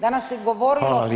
Danas se govorilo